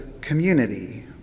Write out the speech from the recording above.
community